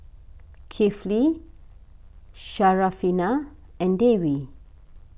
Kifli Syarafina and Dewi